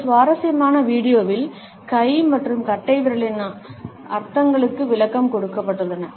இந்த சுவாரஸ்யமான வீடியோவில் கை மற்றும் கட்டைவிரலின் அர்த்தங்களுக்கு விளக்கம் கொடுக்கப்பட்டுள்ளது